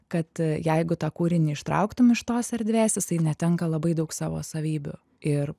kad jeigu tą kūrinį ištrauktum iš tos erdvės jisai netenka labai daug savo savybių ir